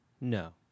No